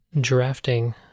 drafting